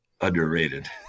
underrated